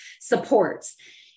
supports